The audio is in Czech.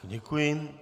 Děkuji.